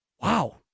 Wow